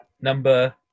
number